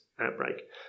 outbreak